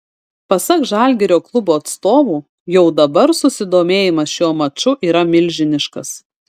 pasak žalgirio klubo atstovų jau dabar susidomėjimas šiuo maču yra milžiniškas